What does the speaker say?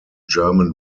german